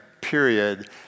period